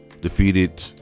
defeated